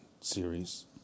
series